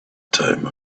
time